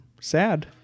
sad